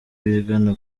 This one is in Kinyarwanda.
bigana